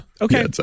Okay